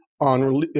on